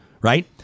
Right